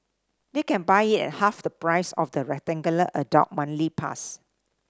they can buy it at half the price of the adult monthly pass